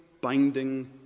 binding